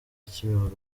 kimihurura